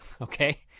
Okay